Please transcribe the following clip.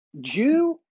Jew